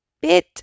bit